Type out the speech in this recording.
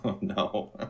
no